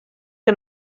que